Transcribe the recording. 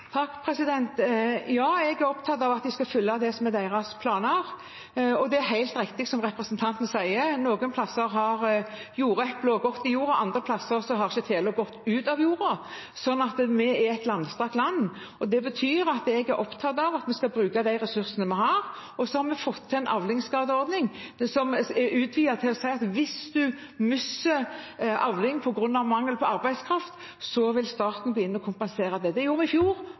Ja, jeg er opptatt av at de skal følge planene sine. Det er helt riktig som representanten sier: Noen plasser har jordeplene gått i jorda, andre plasser har ikke telen gått ut av jorda. Vi er et langstrakt land, og det betyr at jeg er opptatt av at vi skal bruke de ressursene vi har. Så har vi fått til en avlingsskadeordning som er utvidet til at hvis man mister avling på grunn av mangel på arbeidskraft, vil staten gå inn og kompensere det. Det gjorde vi i fjor,